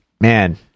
Man